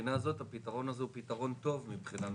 מהבחינה הזאת הפתרון הזה הוא פתרון טוב מבחינה נופית,